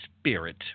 spirit